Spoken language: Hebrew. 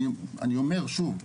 אני אומר שוב,